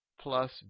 Plus